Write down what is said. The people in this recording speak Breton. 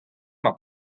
mar